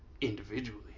individually